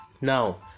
Now